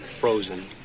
frozen